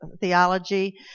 theology